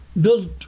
built